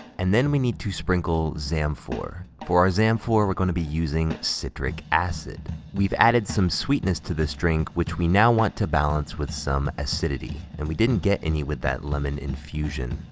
and then we need to sprinkle zamphuor. for our zamphuor, we're gonna be using citric acid. we've added some sweetness to this drink, which we now want to balance with some acidity, and we didn't get any with that lemon infusion.